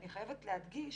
ואני חייבת להדגיש,